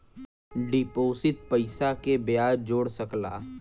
deposit पइसा के बियाज जोड़ सकला